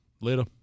Later